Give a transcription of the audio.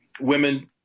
women